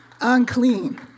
unclean